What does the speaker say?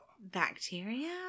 Bacteria